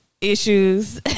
issues